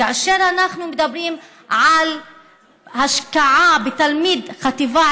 כאשר אנחנו מדברים על כך שהשקעה בתלמיד חטיבה